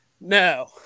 No